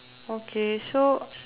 okay so